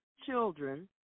children